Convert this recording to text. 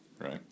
right